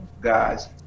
guys